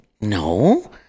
no